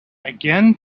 again